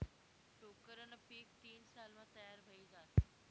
टोक्करनं पीक तीन सालमा तयार व्हयी जास